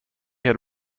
had